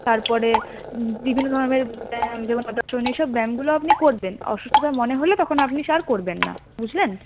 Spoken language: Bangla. তারপরে বিভিন্নধরণের এসব ব্যামগুলো আপনি করবেন অসুস্থতা মনে হলে তখন আপনি সে আর করবেন না বুঝলেন